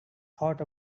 thought